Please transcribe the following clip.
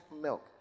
milk